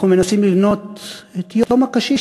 אנחנו מנסים לבנות את יום הקשיש,